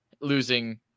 losing